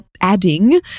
adding